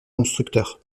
constructeurs